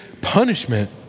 punishment